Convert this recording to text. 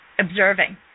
observing